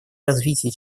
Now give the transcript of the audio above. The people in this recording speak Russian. развития